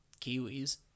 kiwis